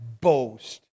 boast